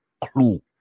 clue